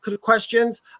questions